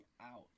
out